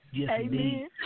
Amen